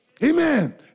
Amen